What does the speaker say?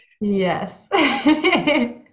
yes